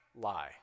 lie